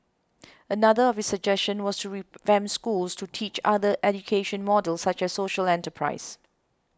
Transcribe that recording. another of his suggestion was to revamp schools to teach other education models such as social enterprise